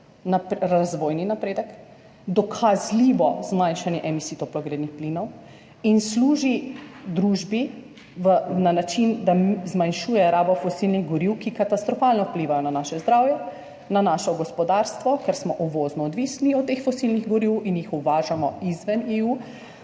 razvojni napredek, dokazljivo zmanjšanje emisij toplogrednih plinov in služi družbi na način, da zmanjšuje rabo fosilnih goriv, ki katastrofalno vplivajo na naše zdravje, na naše gospodarstvo, ker smo uvozno odvisni od teh fosilnih goriv in jih uvažamo izven EU,